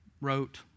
wrote